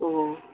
অঁ